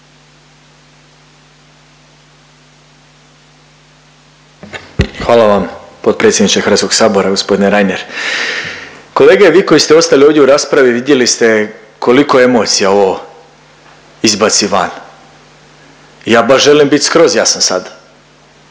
Hvala vam potpredsjedniče Hrvatskog sabora gospodine Reiner. Kolege vi koji ste ostali ovdje u raspravi vidjeli ste koliko emocija ovo izbaci van. Ja baš želim bit skroz jasan sad,